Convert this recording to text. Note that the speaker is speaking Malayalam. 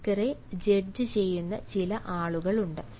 സ്പീക്കറെ ജഡ്ജ് ചെയ്യുന്ന ചില ആളുകളുണ്ട്